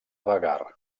vagar